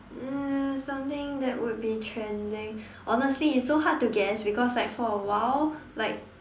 uh something that would be trending honestly it's so hard to guess because like for a while like